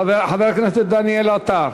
חבר הכנסת דניאל עטר,